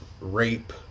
rape